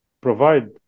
provide